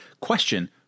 question